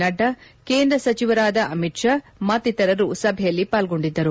ನಡ್ಡಾ ಕೇಂದ್ರ ಸಚಿವರಾದ ಅಮಿತ್ ಷಾ ಮತ್ತಿತರರು ಸಭೆಯಲ್ಲಿ ಪಾಲ್ಗೊಂಡಿದ್ದರು